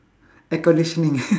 air conditioning